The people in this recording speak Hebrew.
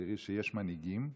אז תראי שיש מנהיגים,